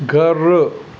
घरु